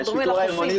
אנחנו מדברים על החופים.